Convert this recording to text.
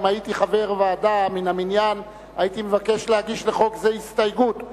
אם הייתי חבר ועדה מן המניין הייתי מבקש להגיש לחוק זה הסתייגות.